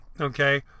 okay